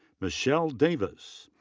michelle davis.